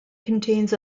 contains